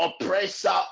oppressor